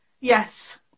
yes